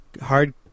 hard